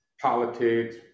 politics